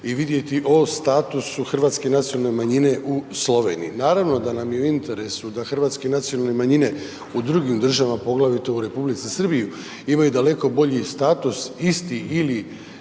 i vidjeti o statusu hrvatske nacionalne manjine u Sloveniji. Naravno da nam je u interesu da hrvatske nacionalne manjine u drugim državama poglavito u Republici Srbiji imaju daleko bolji status isti ili